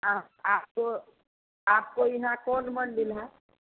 हाँ आपको आपको यहाँ कौन मन्दिर है